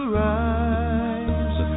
rise